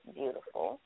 beautiful